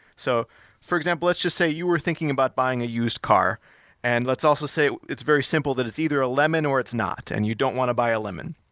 so for example, let's just say you were thinking about buying a used car and let's also say it's very simple that's it's either a lemon or it's not and you don't want to buy a lemon.